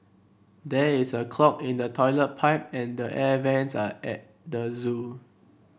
there is a clog in the toilet pipe and the air vents at air the zoo